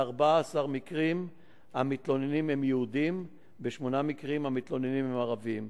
ב-14 מקרים המתלוננים הם יהודים ובשמונה מקרים המתלוננים הם ערבים.